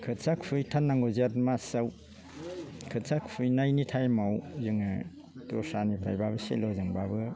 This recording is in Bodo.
खोथिया खुहैथारनांगौनि जेथ मासाव खोथिया खुहैनायनि टाइमाव जोङो दस्रानिफ्रायब्लाबो सेल' जोंब्लाबो